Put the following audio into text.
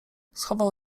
schował